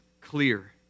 clear